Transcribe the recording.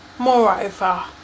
Moreover